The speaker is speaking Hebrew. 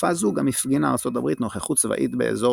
בתקופה זו גם הפגינה ארצות הברית נוכחות צבאית באזור